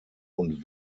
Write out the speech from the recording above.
und